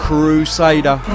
Crusader